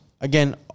Again